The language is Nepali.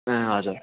ए हजुर